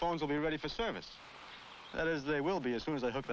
phone will be ready for service that is they will be as soon as i